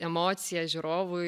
emociją žiūrovui